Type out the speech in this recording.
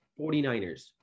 49ers